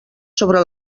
sobre